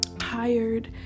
hired